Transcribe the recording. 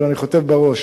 אבל אני חוטף בראש